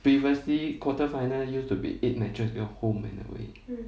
previously quarter final used to be eight matches your home and away